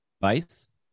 Vice